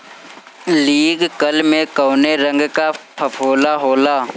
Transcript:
Leaf curl में कौने रंग का फफोला होला?